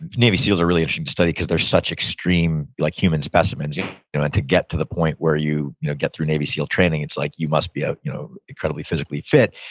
navy seals are a really interesting study because they're such extreme like human specimens. you know and to get to the point where you you know get through navy seal training, it's like you must be you know incredibly physically fit.